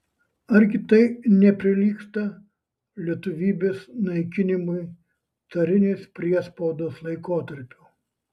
argi tai neprilygsta lietuvybės naikinimui carinės priespaudos laikotarpiu